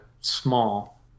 small